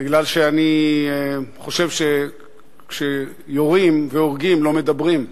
כי אני חושב שכשיורים והורגים לא מדברים,